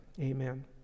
Amen